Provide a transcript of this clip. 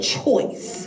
choice